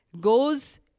goes